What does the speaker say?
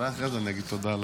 אולי אחרי זה אני אגיד תודה.